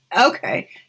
Okay